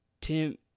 Tim